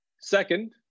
Second